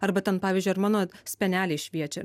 arba ten pavyzdžiui ar mano speneliai šviečia